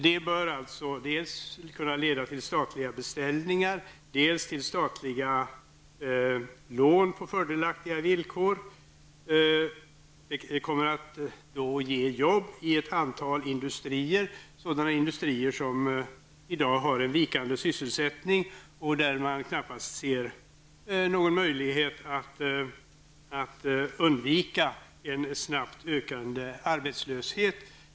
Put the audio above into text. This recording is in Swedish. Det bör alltså dels kunna leda till statliga beställningar dels till statliga lån på fördelaktiga villkor. Det kommer att skapa arbeten i ett antal industrier, sådana industrier som i dag har en vikande sysselsättning och där man knappast ser någon möjlighet att undvika en snabbt ökande arbetslöshet.